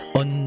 on